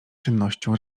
czynnością